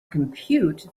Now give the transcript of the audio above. compute